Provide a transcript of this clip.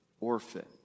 orphan